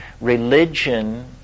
Religion